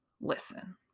listen